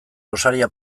gosaria